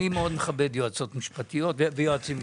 אני מאוד מכבד יועצות משפטיות ויועצים משפטיים,